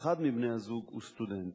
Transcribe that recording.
אחד מבני-הזוג הוא סטודנט.